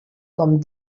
com